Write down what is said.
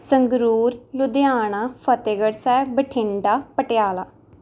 Sangrur Ludhiana Fatehgarh Sahib Bathinda Patiala